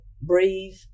breathe